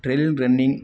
trail running